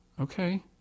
Okay